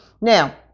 Now